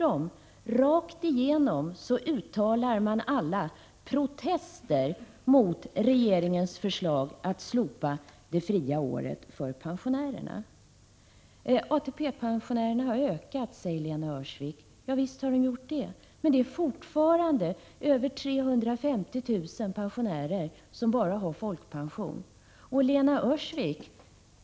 1986/87:119 rakt över uttalat protester mot regeringens förslag att slopa det fria året för 8 maj 1987 pensionärerna. Antalet ATP-pensionärer har ökat, säger Lena Öhrsvik. Javisst. Men det är fortfarande över 350 000 pensionärer som bara har folkpension.